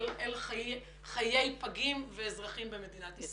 לחיי פגים ואזרחים במדינת ישראל.